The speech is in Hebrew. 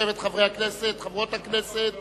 אני קובע שהצעת חוק חובת סימון